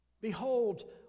Behold